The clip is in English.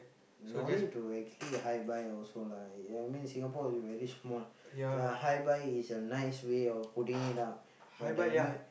no need to actually hi bye also lah ya I mean Singapore also very small ya hi bye is a nice way of putting it out but the m~